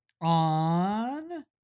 on